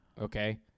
okay